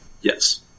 Yes